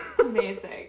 Amazing